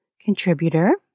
contributor